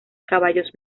caballos